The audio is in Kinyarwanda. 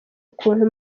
ukuntu